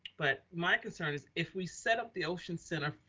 but my concern is if we set up the ocean center